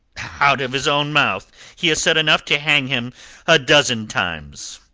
out of his own mouth he has said enough to hang him a dozen times.